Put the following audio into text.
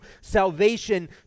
salvation